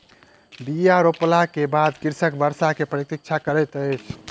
बीया रोपला के बाद कृषक वर्षा के प्रतीक्षा करैत अछि